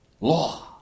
Law